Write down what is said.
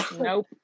Nope